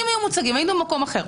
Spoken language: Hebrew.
לו היו מוצרים, היינו במקום אחר.